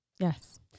Yes